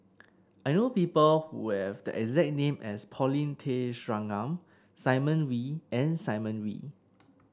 I know people who have the exact name as Paulin Tay Straughan Simon Wee and Simon Wee